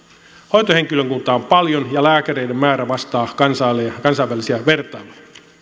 hoitohenkilökuntaa on paljon ja lääkäreiden määrä vastaa kansainvälisiä kansainvälisiä vertailuja meillä